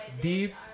deep